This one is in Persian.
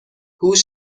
هوش